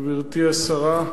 גברתי השרה,